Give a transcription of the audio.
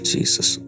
Jesus